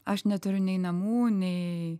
aš neturiu nei namų nei